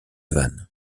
vannes